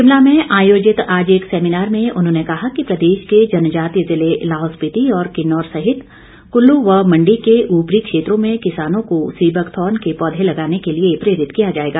शिमला में आयोजित आज एक सेमीनार में उन्होंने कहा कि प्रदेश के जनजातीय जिले लाहौल स्पिति और किन्नौर सहित कुल्लू व मण्डी के उपरी क्षेत्रों में किसानों को सी बकथार्न के पौधे लगाने के लिए प्रेरित किया जाएगा